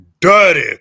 dirty